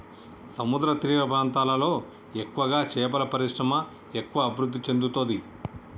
సముద్రతీర ప్రాంతాలలో ఎక్కువగా చేపల పరిశ్రమ ఎక్కువ అభివృద్ధి చెందుతది